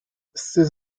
ses